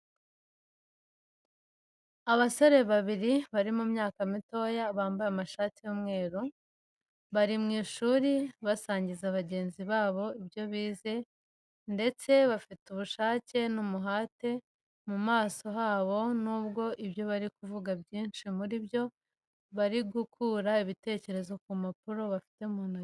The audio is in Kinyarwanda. Abasore babiri bari mu myaka mitoya bambaya amashati y'umweru. Bari mu ishuri basangiza bagenzi babpo ibyo bize ndetse bafite ubushake n'umuhate mumaso habo n'ubwo ibyo bari kuvuga ibyinshi muri byo bari gukura ibitekerezo ku rupapuro bafite mu ntoki.